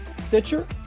Stitcher